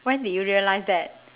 when did you realise that